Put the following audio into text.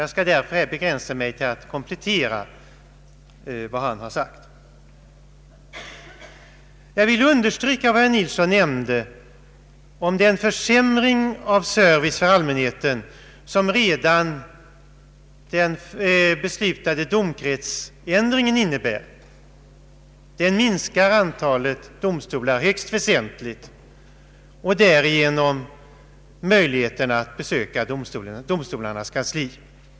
Jag skall därför begränsa mig till att komplettera vad han har sagt. Jag vill understryka vad herr Nilsson nämnde om den försämring av servicen till allmänheten som redan den beslutade domkretsändringen innebär. Den minskar antalet domstolar högst väsentligt och därigenom möjligheterna att besöka domstolarnas kanslier.